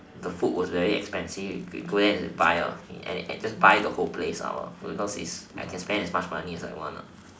the food was very expensive we go there and just buy ah and just buy the whole place ah because is I can spend as much money as I want ah